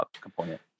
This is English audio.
component